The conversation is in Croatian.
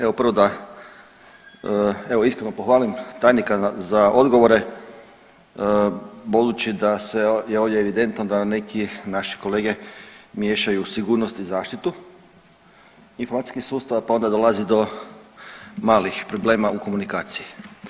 Evo prvo da evo iskreno pohvalim tajnika za odgovore budući da je ovdje evidentno da neki naši kolege miješaju sigurnost i zaštitu informacijskih sustava, pa onda dolazi do malih problema u komunikaciji.